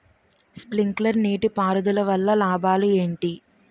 Sprinkler నీటిపారుదల వల్ల లాభాలు ఏంటి?